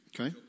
Okay